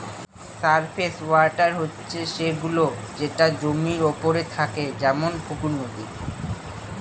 surface water হচ্ছে সে গুলো যেটা জমির ওপরে থাকে যেমন পুকুর, নদী